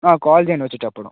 call చేయండి వచ్చేటప్పప్పుడు